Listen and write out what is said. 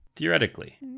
Theoretically